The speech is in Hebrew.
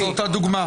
זאת אותה דוגמה?